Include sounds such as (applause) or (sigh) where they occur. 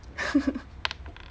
(laughs)